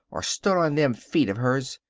or stood on them feet of hers.